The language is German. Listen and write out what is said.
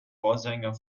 vorsänger